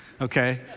Okay